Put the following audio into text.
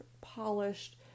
polished